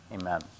Amen